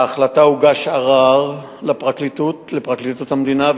על ההחלטה הוגש ערר לפרקליטות המדינה,